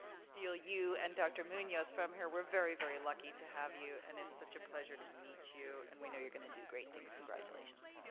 steal you and dr. munos from her. we're very, very lucky to have you. and it's such a pleasure to meet you and we know you're gonna do great things, congratulations.